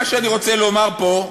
מה שאני רוצה לומר פה,